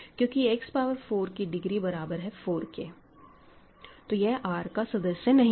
क्योंकि X power 4 की degree बराबर है 4के तो यह R का सदस्य नहीं है